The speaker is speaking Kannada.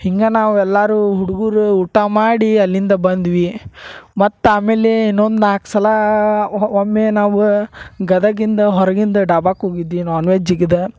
ಹಿಂಗಾ ನಾವು ಎಲ್ಲಾರೂ ಹುಡುಗರು ಊಟಾ ಮಾಡಿ ಅಲ್ಲಿಂದ ಬಂದ್ವಿ ಮತ್ತೆ ಆಮೇಲೆ ಇನ್ನೊಂದು ನಾಲ್ಕು ಸಲಾ ಒಮ್ಮೆ ನಾವು ಗದಗಿಂದ ಹೊರಗಿಂದ ಡಾಬಾಕ ಹೋಗಿದ್ವಿ ನಾನ್ ವೆಜ್ಜಿಗ ಇದ